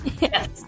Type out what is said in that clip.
Yes